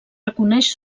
reconeix